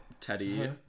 teddy